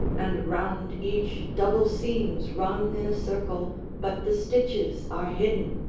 and round each double seams run in a circle but the stitches are hidden,